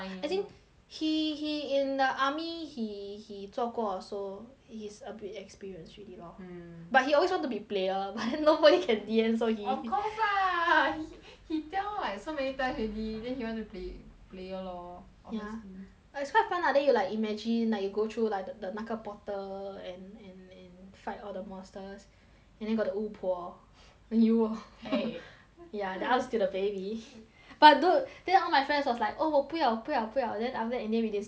he he in the army he he 做过 so he's a bit experienced already lor mm but he always want to be player but then nobody can deal with of course lah he he tell like so many times already then he want to pla~ player lor ya obviously but it's quite fun ah then you like imagine like you go through lik~ the~ 那个 portal and and and fight all the monsters and then got the 巫婆 you lor !hey! ya the outs to the baby but dude then all my friends was like oh 我不要不要不要 then after that in the end we didn't steal the baby so